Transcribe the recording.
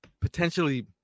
potentially